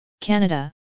Canada